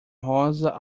rosa